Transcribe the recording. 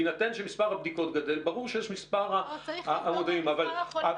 בהינתן שמספר הבדיקות גדל ברור שיש מספר --- אבל יש